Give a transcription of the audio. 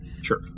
Sure